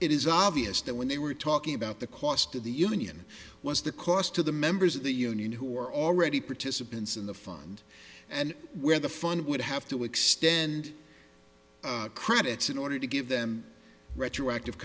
it is obvious that when they were talking about the cost of the union was the cost to the members of the union who are already participants in the fund and where the fund would have to extend credits in order to give them retroactive